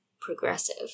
progressive